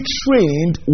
trained